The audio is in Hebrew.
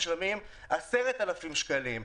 משלמת 10,000 שקלים בחודש,